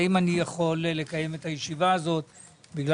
האם אני יכול לקיים את הישיבה הזאת משום